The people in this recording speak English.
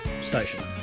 stations